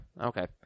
okay